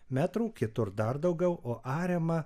metrų kitur dar daugiau o ariama